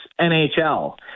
NHL